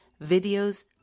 videos